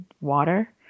water